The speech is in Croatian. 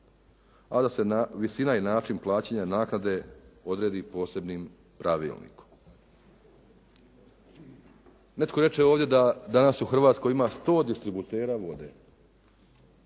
a da se visina i način plaćanja naknade odredi posebnim pravilnikom. Netko reče ovdje da danas u Hrvatskoj ima 100 distributera vode.